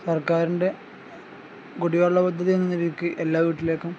സർക്കാരിൻ്റെ കുടിവെള്ള പദ്ധതിഎന്ന നിലക്ക് എല്ലാ വീട്ടിലേക്കും